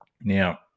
now